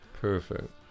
Perfect